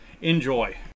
Enjoy